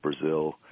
Brazil